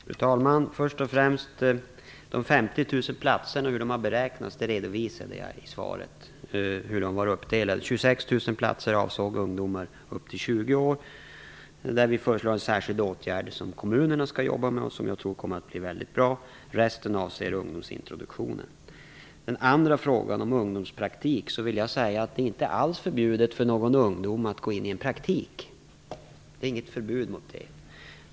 Fru talman! Först och främst vill jag säga att jag redovisade hur de 50 000 platserna var uppdelade i svaret. 26 000 platser avsåg ungdomar upp till 20 år. Vi föreslår en särskild åtgärd som kommunerna skall jobba med och som jag tror kommer att bli väldigt bra. Resten avser ungdomsintroduktionen. Den andra frågan gällde ungdomspraktik. Det är inte alls förbjudet för ungdomar att gå in i en praktik. Det finns inget förbud mot det.